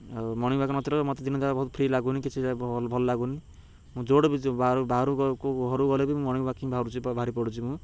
ଆଉ morning walk ନଥିଲେ ମୋତେ ଦିନେ ବହୁତ ଫ୍ରୀ ଲାଗୁନି କିଛି ଭଲ ଲାଗୁନି ମୁଁ ଯେଉଁଟା ବି ବାହାରକୁ ଘରକୁ ଗଲେ ବି ମୁଁ ମର୍ନିଂ ୱାକିଂ ବାହାରୁଛି ବାହାରି ପଡ଼ୁଛି ମୁଁ